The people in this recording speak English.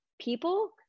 people